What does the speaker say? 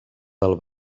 del